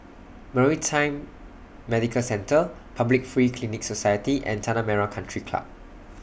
Maritime Medical Centre Public Free Clinic Society and Tanah Merah Country Club